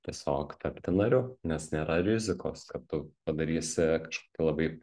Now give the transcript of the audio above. tiesiog tapti nariu nes nėra rizikos kad tu padarysi kažkokį labai